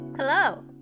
Hello